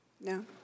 No